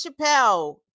Chappelle